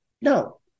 No